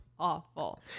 awful